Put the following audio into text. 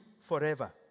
forever